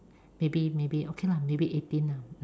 maybe maybe okay lah maybe eighteen lah